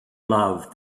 love